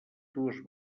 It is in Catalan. dues